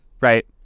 Right